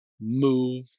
move